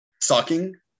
sucking